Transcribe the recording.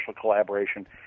collaboration